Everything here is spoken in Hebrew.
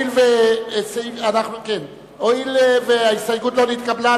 הואיל וההסתייגות לא נתקבלה,